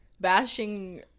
bashing